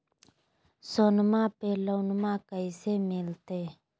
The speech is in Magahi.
सोनमा पे लोनमा कैसे मिलते?